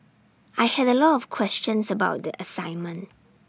I had A lot of questions about the assignment